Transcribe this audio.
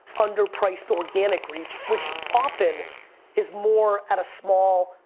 under-priced organic reach, which often is more at a small,